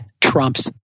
trumps